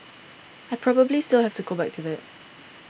I probably still have to go back to that